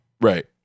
Right